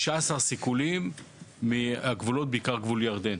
סיכולים מהגבולות, בעיקר מגבול ירדן,